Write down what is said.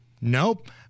Nope